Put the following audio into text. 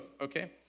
Okay